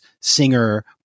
singer